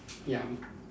ya